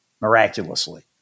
miraculously